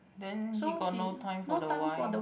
then he got no time for the wife